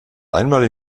einmal